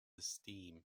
esteem